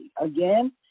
Again